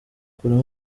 akuramo